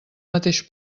mateix